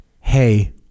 hey